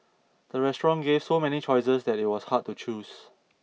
the restaurant gave so many choices that it was hard to choose